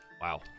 Wow